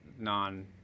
non